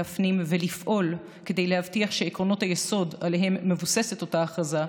להפנים ולפעול כדי להבטיח שעקרונות היסוד שעליהם מבוססת אותה הכרזה,